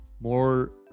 more